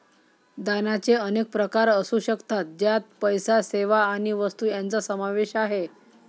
दानाचे अनेक प्रकार असू शकतात, ज्यात पैसा, सेवा किंवा वस्तू यांचा समावेश आहे